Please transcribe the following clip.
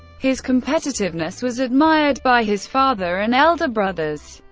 his competitiveness was admired by his father and elder brothers,